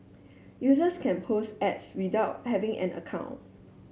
users can post ads without having an account